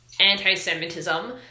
anti-Semitism